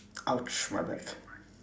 I'll my bag